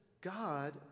God